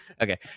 okay